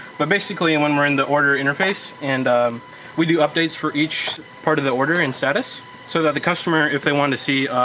but basically and when we're in the order interface and we do updates for each part of the order in status so that the customer, if they want to see